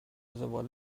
زباله